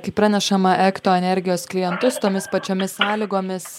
kaip pranešama ekto energijos klientus tomis pačiomis sąlygomis